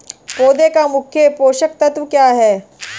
पौधे का मुख्य पोषक तत्व क्या हैं?